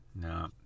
No